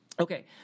okay